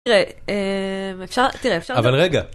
תראה אפשר אבל רגע.